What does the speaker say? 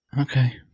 Okay